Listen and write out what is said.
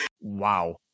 Wow